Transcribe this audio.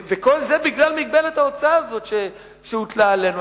וכל זה בגלל מגבלת ההוצאה הזאת שהוטלה עלינו.